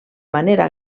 manera